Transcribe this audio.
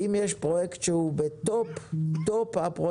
אם יש פרויקט שהוא בטופ הפרויקטים,